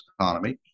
economy